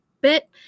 bit